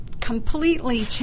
completely